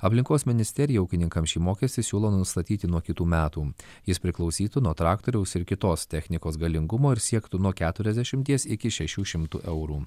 aplinkos ministerija ūkininkams šį mokestį siūlo nustatyti nuo kitų metų jis priklausytų nuo traktoriaus ir kitos technikos galingumo ir siektų nuo keturiasdešimties iki šešių šimtų eurų